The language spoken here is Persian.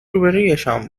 روبهرویشان